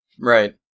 Right